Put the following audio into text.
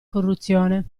corruzione